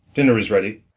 dinner is ready.